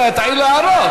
אנחנו לא הולכים,